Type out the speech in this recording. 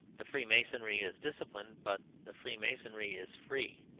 the freemasonry is disciplined, but the freemasonry is free.